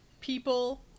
people